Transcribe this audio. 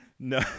No